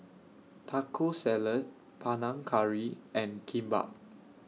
Taco Salad Panang Curry and Kimbap